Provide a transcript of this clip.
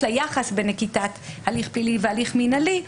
ליחס בנקיטת הליך פלילי והליך מינהלי,